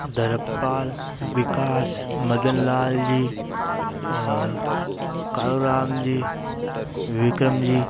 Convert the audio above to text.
Dharampal Vikas Madanlal ji Kaluram ji Vikram जी